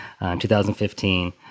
2015